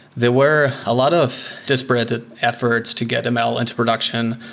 there were a lot of dispirited efforts to get ml into production.